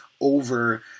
Over